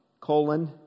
colon